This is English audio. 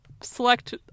select